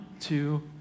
two